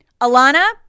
Alana